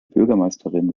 bürgermeisterin